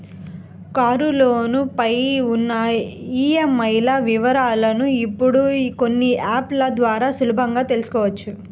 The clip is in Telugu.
కారులోను పై ఉన్న ఈఎంఐల వివరాలను ఇప్పుడు కొన్ని యాప్ ల ద్వారా సులువుగా తెల్సుకోవచ్చు